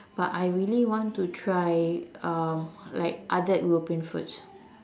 but I really want to try um like other European foods